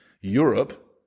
Europe